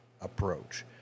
approach